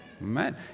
Amen